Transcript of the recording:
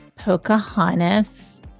Pocahontas